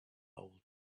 old